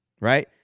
right